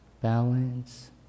balance